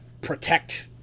protect